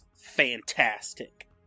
fantastic